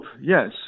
yes